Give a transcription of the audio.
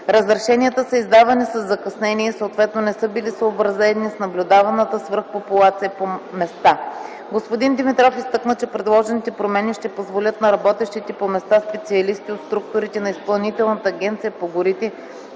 Разрешенията са издавани със закъснение и съответно не са били съобразени с наблюдаваната свръхпопулация по места. Господин Димитров изтъкна, че предложените промени ще позволят на работещите по места специалисти от структурите на Изпълнителната агенция по горите,